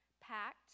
packed